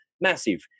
massive